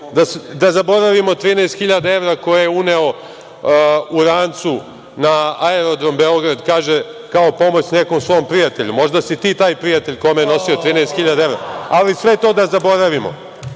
da zaboravimo 13.000 evra koje je uneo u rancu na aerodrom Beograd, kaže, kao pomoć nekom svom prijatelju, možda si ti taj prijatelj kome je nosio 13.000 evra, ali sve to da zaboravimo,